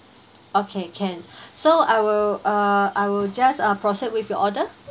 okay can so I will uh I will just uh proceed with your order